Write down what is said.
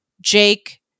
Jake